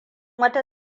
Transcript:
wata